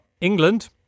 England